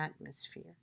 atmosphere